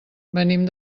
venim